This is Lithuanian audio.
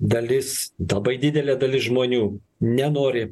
dalis labai didelė dalis žmonių nenori